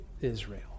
Israel